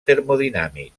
termodinàmic